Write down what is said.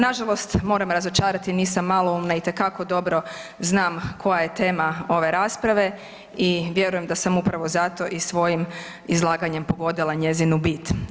Na žalost moram razočarati, nisam maloumna itekako dobro znam koja je tema ove rasprave i vjerujem da sam upravo zato i svojim izlaganjem pogodila njezinu bit.